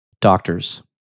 doctors